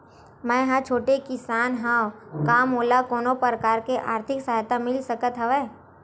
मै ह छोटे किसान हंव का मोला कोनो प्रकार के आर्थिक सहायता मिल सकत हवय?